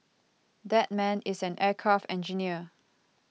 that man is an aircraft engineer